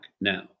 now